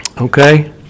Okay